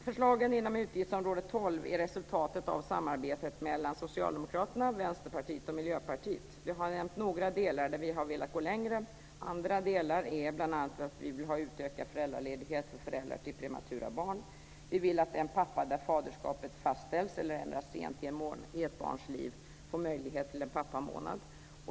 Förslagen inom utgiftsområde 12 är resultatet av samarbetet mellan Socialdemokraterna, Vänsterpartiet och Miljöpartiet. Jag har nämnt några delar där vi har velat gå längre. Andra delar är bl.a. att vi vill ha utökad föräldraledighet för föräldrar till prematura barn. Vi vill att den pappa som får faderskapet fastställt eller ändrat sent i ett barns liv får möjlighet till en pappamånad.